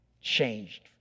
changed